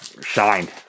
shined